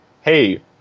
hey